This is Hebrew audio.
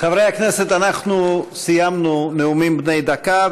חברי הכנסת, אנחנו סיימנו נאומים בני דקה.